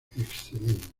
excelente